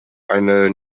eine